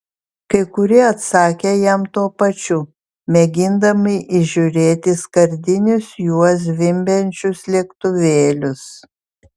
kai kurie atsakė jam tuo pačiu mėgindami įžiūrėti skardinius juo zvimbiančius lėktuvėlius